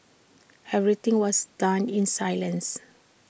everything was done in silence